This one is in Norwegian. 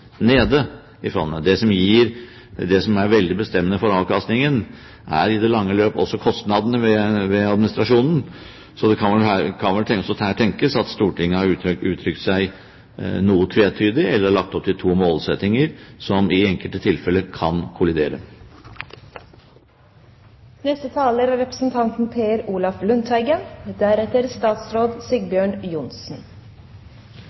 nede i fondet. Det som er veldig bestemmende for avkastningen, er i det lange løp også kostnadene ved administrasjonen. Så det kan vel her tenkes at Stortinget har uttrykt seg noe tvetydig eller lagt opp til to målsettinger som i enkelte tilfeller kan